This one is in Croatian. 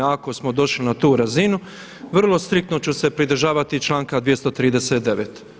Ako smo došli na tu razinu vrlo striktno ću se pridržavati članka 239.